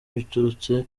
biturutse